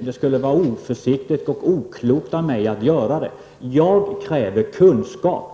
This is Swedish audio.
Det skulle vara oförsiktigt och oklokt av mig att göra det. Jag kräver först kunskap.